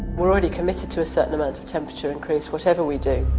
we're already committed to a certain amount of temperature increase whatever we do,